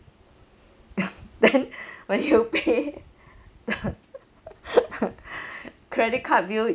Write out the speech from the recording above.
then when you pay the credit card bill